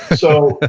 so,